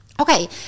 Okay